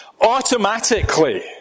automatically